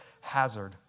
hazard